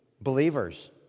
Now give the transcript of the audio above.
believers